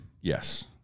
Yes